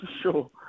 sure